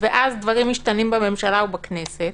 -- ואז דברים משתנים בממשלה או בכנסת,